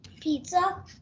Pizza